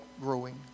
growing